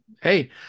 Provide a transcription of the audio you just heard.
Hey